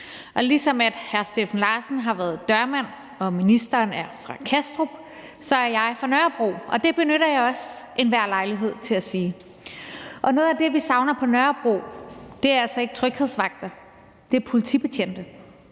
Larsen har fortalt, at han har været dørmand, og ministeren, at han er fra Kastrup, så vil jeg sige, at jeg er fra Nørrebro, og det benytter jeg også enhver lejlighed til. Noget af det, vi savner på Nørrebro, er altså ikke tryghedsvagter, men politibetjente,